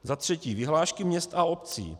Za třetí vyhlášky měst a obcí.